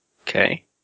Okay